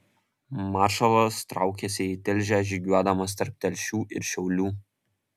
maršalas traukėsi į tilžę žygiuodamas tarp telšių ir šiaulių